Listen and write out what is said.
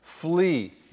Flee